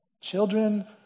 Children